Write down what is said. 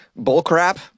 bullcrap